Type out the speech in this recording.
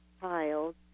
child